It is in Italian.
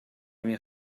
mia